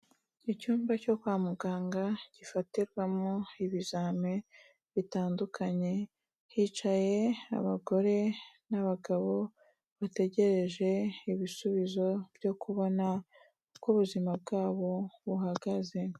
Icyumba cyo kwa muganga gifatirwamo ibizami bitandukanye, hicaye abagore n'abagabo bategereje ibisubizo byo kubona uko ubuzima bwabo buhagaze.